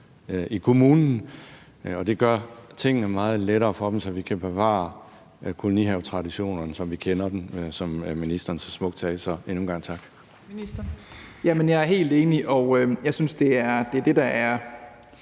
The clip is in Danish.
i kommunen, og det gør tingene meget lettere for dem, så vi kan bevare kolonihavetraditionerne, som vi kender dem, som ministeren så smukt sagde. Så endnu en gang tak.